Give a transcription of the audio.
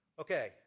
Okay